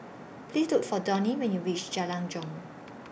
Please Look For Donnie when YOU REACH Jalan Jong